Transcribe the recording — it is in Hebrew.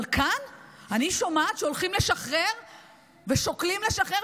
אבל כאן אני שומעת שהולכים לשחרר ושוקלים לשחרר